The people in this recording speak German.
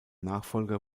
nachfolger